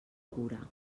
cura